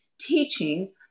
teaching